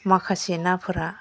माखासे नाफोरा